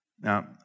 Now